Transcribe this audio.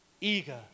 eager